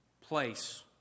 place